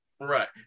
Right